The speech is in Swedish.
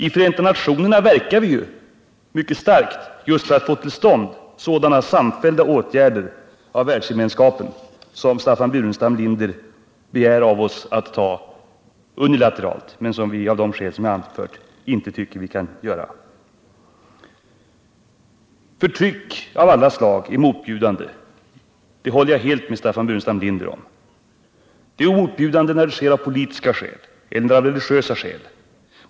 I Förenta nationerna verkar vi ju mycket starkt just för att få till stånd sådana samfällda åtgärder från världsgemenskapens sida som Staffan Burenstam Linder begär att vi skall ta upp unilateralt men som vi, av de skäl jag anfört, inte tycker att vi kan ta upp på det sättet. Förtryck av alla slag är motbjudande — det håller jag helt med Staffan Burenstam Linder om. Det är motbjudande när det sker av politiska skäl eller av religiösa skäl.